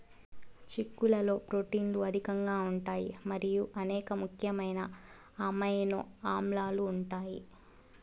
చిక్కుళ్లలో ప్రోటీన్లు అధికంగా ఉంటాయి మరియు అనేక ముఖ్యమైన అమైనో ఆమ్లాలు ఉంటాయి